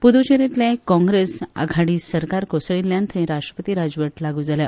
पुद्चेरींतले काँग्रेस आघाडी सरकार कोसळिल्ल्यान थंय राष्ट्रपती राजवट लागू जाल्या